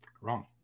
Wrong